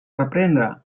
reprendre